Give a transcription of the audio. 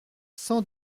cent